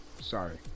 sorry